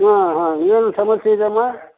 ಹಾಂ ಹಾಂ ಏನು ಸಮಸ್ಯೆ ಇದೆ ಅಮ್ಮ